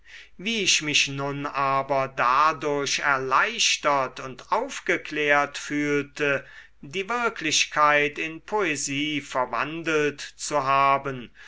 wie ich mich nun aber dadurch erleichtert und aufgeklärt fühlte die wirklichkeit in poesie verwandelt zu haben